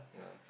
yeah